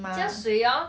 加水 orh